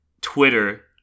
Twitter